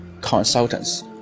consultants